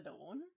alone